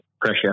pressure